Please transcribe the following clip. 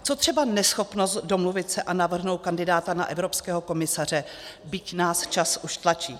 Co třeba neschopnost domluvit se a navrhnout kandidáta na evropského komisaře, byť nás čas už tlačí?